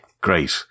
great